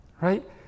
right